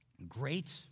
great